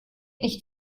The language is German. nicht